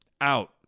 Out